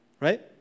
right